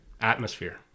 Atmosphere